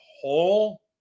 whole